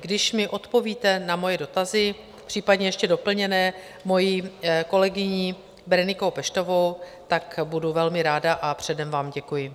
Když mi odpovíte na moje dotazy, případně ještě doplněné mojí kolegyní Berenikou Peštovou, budu velmi ráda a předem vám děkuji.